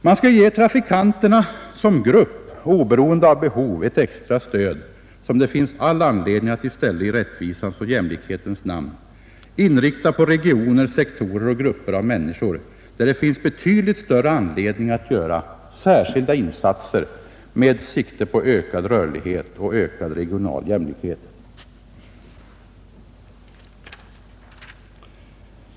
Man skulle ge trafikanterna som grupp och oberoende av behov ett extra stöd, som det finns all anledning att i stället i rättvisans och jämlikhetens namn inrikta på regioner, sektorer och grupper av människor, för vilka det finns betydligt större anledning att göra särskilda insatser med sikte på ökad rörlighet och ökad regional jämlikhet.